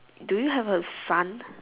do you have a fund